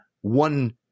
one